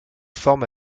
forme